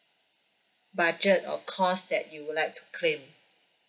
budget or cost that you would like to claim